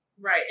Right